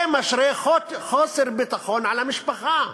זה משרה חוסר ביטחון על המשפחה.